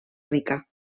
rica